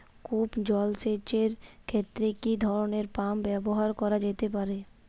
কূপ জলসেচ এর ক্ষেত্রে কি ধরনের পাম্প ব্যবহার করা যেতে পারে?